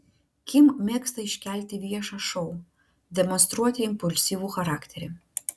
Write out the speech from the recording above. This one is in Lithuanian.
kim mėgsta iškelti viešą šou demonstruoti impulsyvų charakterį